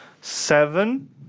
seven